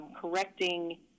correcting